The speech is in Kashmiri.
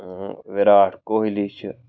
وِراٹھ کوہلی چھُ